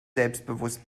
selbstbewusst